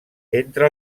entre